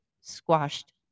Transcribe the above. squashed